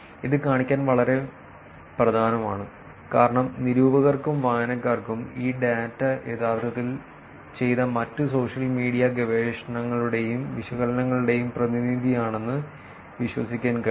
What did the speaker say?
ഇത് കാണിക്കാൻ വളരെ പ്രധാനമാണ് കാരണം നിരൂപകർക്കും വായനക്കാർക്കും ഈ ഡാറ്റ യഥാർത്ഥത്തിൽ ചെയ്ത മറ്റ് സോഷ്യൽ മീഡിയ ഗവേഷണങ്ങളുടെയും വിശകലനങ്ങളുടെയും പ്രതിനിധിയാണെന്ന് വിശ്വസിക്കാൻ കഴിയും